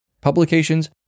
Publications